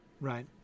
right